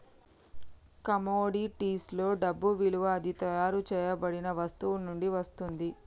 కమోడిటీస్లో డబ్బు విలువ అది తయారు చేయబడిన వస్తువు నుండి వస్తుంది